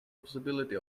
possibility